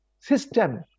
system